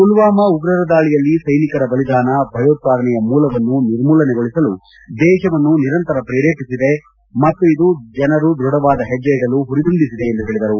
ಮಲ್ವಾಮಾ ಉಗ್ರರ ದಾಳಿಯಲ್ಲಿ ಸೈನಿಕರ ಬಲಿದಾನ ಭಯೋತ್ಪಾದನೆಯ ಮೂಲವನ್ನು ನಿರ್ಮೂಲನೆಗೊಳಿಸಲು ದೇಶವನ್ನು ನಿರಂತರ ಪ್ರೇರೇಪಿಸಿದೆ ಮತ್ತು ಇದು ಜನರು ದೃಢವಾದ ಹೆಜ್ಜೆ ಇಡಲು ಪುರಿದುಂಬಿಸಿದೆ ಎಂದು ಹೇಳಿದರು